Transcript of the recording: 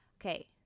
Okay